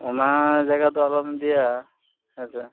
ᱚᱱᱟ ᱡᱟᱭᱜᱟ ᱫᱚ ᱟᱞᱚᱢ ᱤᱫᱤᱭᱟ ᱦᱮᱸ ᱥᱮ